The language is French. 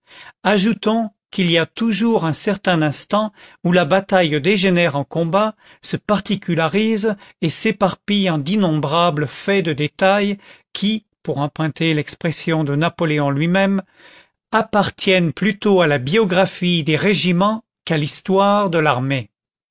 ajoutons qu'il y a toujours un certain instant où la bataille dégénère en combat se particularise et s'éparpille en d'innombrables faits de détails qui pour emprunter l'expression de napoléon lui-même appartiennent plutôt à la biographie des régiments qu'à l'histoire de l'armée